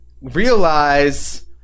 realize